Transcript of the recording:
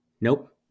Nope